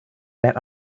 that